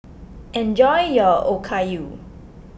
enjoy your Okayu